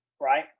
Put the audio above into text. Right